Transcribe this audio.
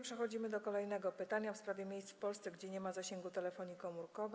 Przechodzimy do kolejnego pytania w sprawie miejsc w Polsce, gdzie nie ma zasięgu telefonii komórkowej.